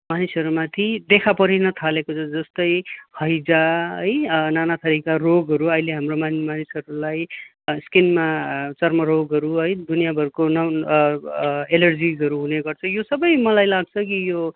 मानिसहरू माथि देखा परिन थालेको जस्तै हैजा है नाना थरिका रोगहरू अहिले हाम्रो मानिसहरूलाई स्किनमा चर्म रोगहरू है दुनिया भरको एलरजिसहरू हुने गर्छ यो सबै मलाई लाग्छ कि यो